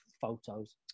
photos